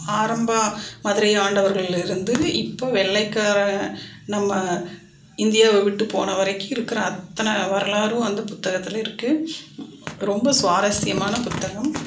ஆரம்ப மதுரையை ஆண்டவர்களில் இருந்து இப்போ வெள்ளைக்காரன் நம்ம இந்தியாவை விட்டு போன வரைக்கும் இருக்கிற அத்தனை வரலாறும் அந்த புத்தகத்தில் இருக்கு ரொம்ப சுவாரசியமான புத்தகம்